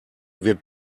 wird